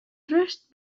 first